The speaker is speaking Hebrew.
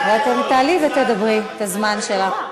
תעלי ותדברי את הזמן שלך,